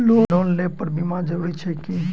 Loan लेबऽ पर बीमा जरूरी छैक की?